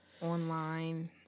online